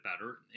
better